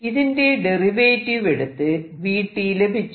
ഇതിന്റെ ഡെറിവേറ്റീവ് എടുത്ത് v ലഭിച്ചു